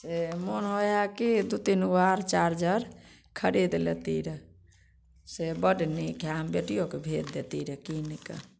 से मोन होइ हइ कि दू तीन गो आर चार्जर खरीद लेती रहय से बड्ड नीक हइ बेटियोके भेज देती रहय कीनके